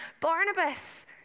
Barnabas